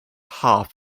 half